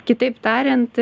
kitaip tariant